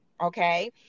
Okay